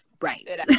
Right